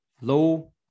low